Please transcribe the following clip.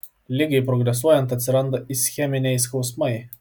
ligai progresuojant atsiranda ischeminiai skausmai